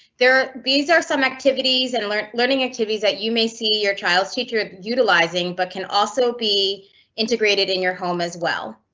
these are some activities and learning learning activities that you may see your child's teacher utilizing but can also be integrated in your home as well.